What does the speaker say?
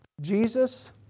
Jesus